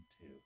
two